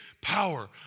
power